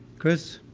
chris